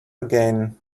again